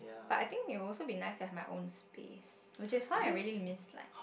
but I think it would also be nice to have my own space which is why I really miss like